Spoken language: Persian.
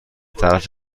طرف